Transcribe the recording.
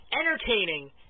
entertaining